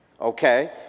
Okay